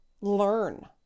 learn